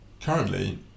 Currently